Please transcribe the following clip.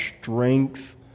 strength